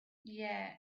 yeah